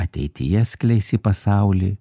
ateityje skleis į pasaulį